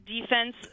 defense